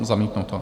Zamítnuto.